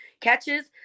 catches